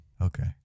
okay